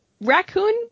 raccoon